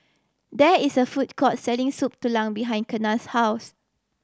there is a food court selling Soup Tulang behind Kenna's house